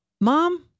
Mom